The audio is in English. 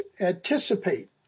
anticipate